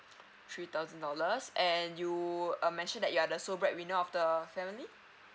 three thousand dollars and you err mention that you are the sole bread winner of the family